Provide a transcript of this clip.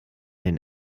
den